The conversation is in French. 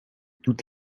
toute